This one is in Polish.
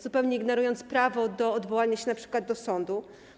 Zupełnie ignorujecie prawo do odwołania się np. do sądu.